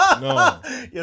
No